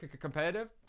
competitive